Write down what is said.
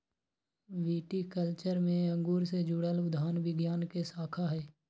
viticulture में अंगूर से जुड़ल उद्यान विज्ञान के शाखा हई